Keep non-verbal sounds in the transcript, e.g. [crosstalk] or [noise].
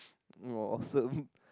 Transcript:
awesome [laughs]